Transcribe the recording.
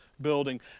building